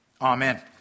Amen